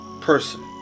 person